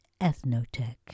Ethnotech